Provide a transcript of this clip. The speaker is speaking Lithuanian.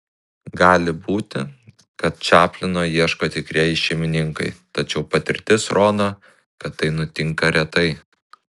gali būti kad čaplino ieško tikrieji šeimininkai tačiau patirtis rodo kad tai nutinka retai